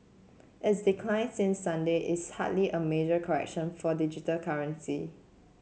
its decline since Sunday is hardly a major correction for digital currency